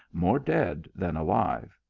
more dead than alive.